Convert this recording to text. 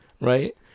right